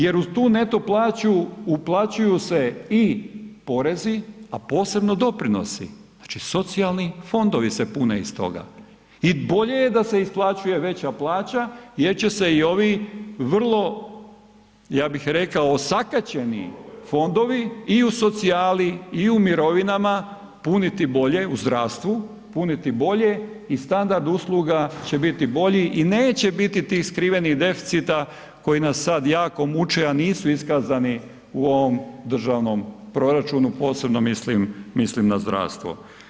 Jer u tu neto plaću uplaćuju se i porezi, a posebno doprinosi, znači socijalni fondovi se pune iz toga i bolje je da se isplaćuje veća plaća jer će se i ovi vrlo, ja bih rekao osakaćeni fondovi i u socijali i u mirovinama puniti bolje, u zdravstvu, puniti bolje i standard usluga će biti bolji i neće biti tih skrivenih deficita koji nas sad jako muče, a nisu iskazani u ovom državnom proračunu, posebno mislim na zdravstvo.